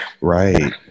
Right